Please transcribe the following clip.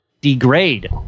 degrade